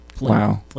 Wow